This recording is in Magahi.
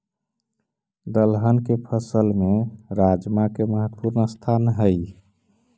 दलहन के फसल में राजमा के महत्वपूर्ण स्थान हइ